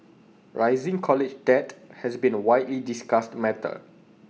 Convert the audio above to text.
rising college debt has been A widely discussed matter